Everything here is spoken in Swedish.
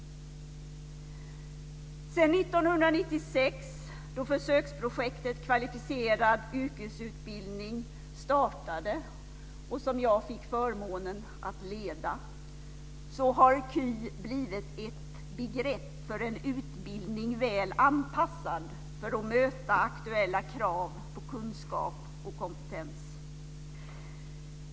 Sedan 1996, då försöksprojektet "Kvalificerad yrkesutbildning" startade, som jag fick förmånen att leda, har KY blivit ett begrepp för en utbildning väl anpassad för att möta aktuella krav på kunskap och kompetens.